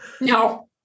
no